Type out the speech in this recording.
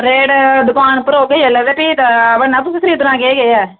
parade दुकान पर होग एल्लै फ्ही ते बनना तू खरीदना केह् केह् ऐ